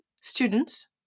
students